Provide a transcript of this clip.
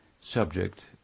subject